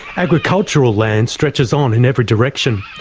agricultural land stretches on in every direction,